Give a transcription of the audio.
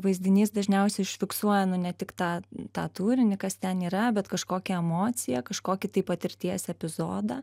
vaizdinys dažniausiai užfiksuoja nu ne tik tą tą turinį kas ten yra bet kažkokią emociją kažkokį tai patirties epizodą